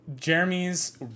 Jeremy's